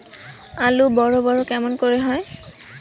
আলু বড় বড় কেমন করে হয়?